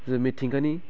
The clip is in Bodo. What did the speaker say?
जे मिथिंगानि